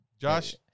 Josh